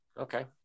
Okay